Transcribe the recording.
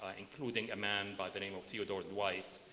including a man by the name of theodore dwight,